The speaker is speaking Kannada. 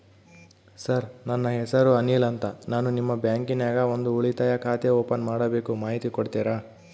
ಸರ್ ನನ್ನ ಹೆಸರು ಅನಿಲ್ ಅಂತ ನಾನು ನಿಮ್ಮ ಬ್ಯಾಂಕಿನ್ಯಾಗ ಒಂದು ಉಳಿತಾಯ ಖಾತೆ ಓಪನ್ ಮಾಡಬೇಕು ಮಾಹಿತಿ ಕೊಡ್ತೇರಾ?